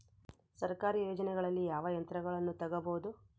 ಸರ್ಕಾರಿ ಯೋಜನೆಗಳಲ್ಲಿ ಯಾವ ಯಂತ್ರಗಳನ್ನ ತಗಬಹುದು?